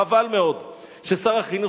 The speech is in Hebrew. חבל מאוד ששר החינוך,